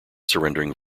surrendering